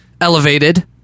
Elevated